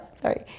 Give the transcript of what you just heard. Sorry